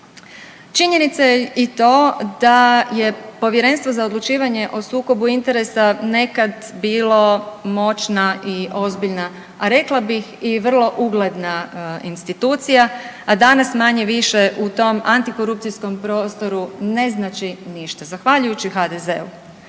Činjenica je i to da je Povjerenstvo za odlučivanje o sukobu interesa nekad bilo moćna i ozbiljna, a rekla bih i vrlo ugledna institucija, a danas manje-više u tom antikorupcijskom prostoru ne znači ništa zahvaljujući HDZ-u.